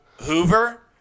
Hoover